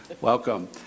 Welcome